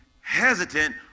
hesitant